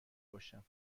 باشم